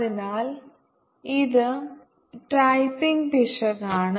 അതിനാൽ ഇത് ടൈപ്പിംഗ് പിശകാണ്